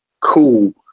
cool